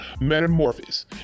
Metamorphosis